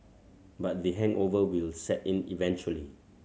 but the hangover will set in eventually